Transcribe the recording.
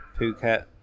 Phuket